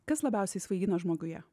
kas labiausiai svaigina žmoguje